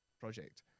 project